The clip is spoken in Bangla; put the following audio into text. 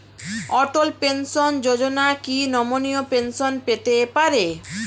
অটল পেনশন যোজনা কি নমনীয় পেনশন পেতে পারে?